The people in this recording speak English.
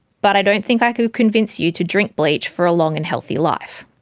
but i don't think i could convince you to drink bleach for a long and healthy life.